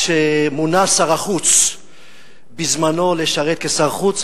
כשמונה שר החוץ בזמנו לשרת כשר החוץ,